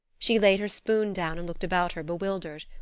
she laid her spoon down and looked about her bewildered.